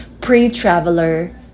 pre-traveler